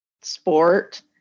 sport